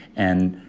and